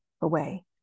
away